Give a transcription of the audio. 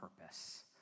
purpose